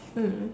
mm